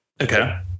Okay